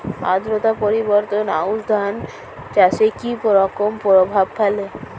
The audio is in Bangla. আদ্রতা পরিবর্তন আউশ ধান চাষে কি রকম প্রভাব ফেলে?